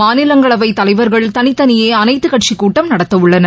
மாநிலங்களவைத் தலைவர்கள் தனித்தனியே அனைத்துக்கட்சிக் கூட்டம் நடத்த உள்ளனர்